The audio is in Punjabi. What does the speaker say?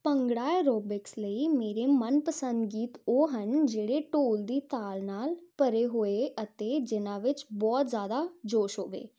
ਭੰਗੜਾ ਐਰੋਬਿਕਸ ਲਈ ਮੇਰੇ ਮਨ ਪਸੰਦ ਗੀਤ ਉਹ ਹਨ ਜਿਹੜੇ ਢੋਲ ਦੀ ਤਾਲ ਨਾਲ ਭਰੇ ਹੋਏ ਅਤੇ ਜਿਹਨਾਂ ਵਿੱਚ ਬਹੁਤ ਜ਼ਿਆਦਾ ਜੋਸ਼ ਹੋਵੇ